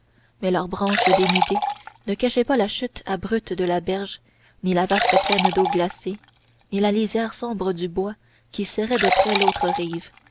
mais leurs branches dénudées ne cachaient pas la chute abrupte de la berge ni la vaste plaine d'eau glacée ni la lisière sombre du bois qui serrait de près l'autre rive